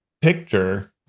picture